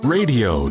Radio